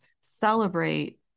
celebrate